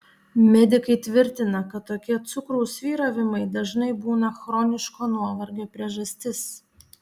medikai tvirtina kad tokie cukraus svyravimai dažnai būna chroniško nuovargio priežastis